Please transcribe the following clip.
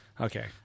Okay